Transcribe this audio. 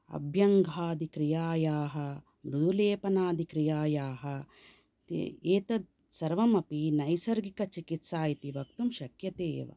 अभ्यङ्गादिक्रियायाः नूलेपनादिक्रियायाः एतत् सर्वमपि नैसर्गिकचिकित्सा इति वक्तुं शक्यते एव